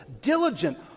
diligent